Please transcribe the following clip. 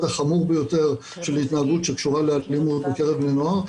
החמור ביותר של התנהגות שקשורה לאלימות בקרב בני נוער.